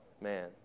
man